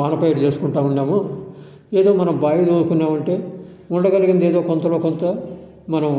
వాన పైరు చేసుకుంటా ఉన్నాము ఏదో మనం బావి తోవుకున్నాము అంటే ఉండగలిగిన దీంతో కొంతలోకొంతా మనం